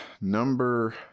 number